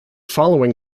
following